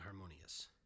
harmonious